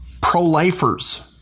pro-lifers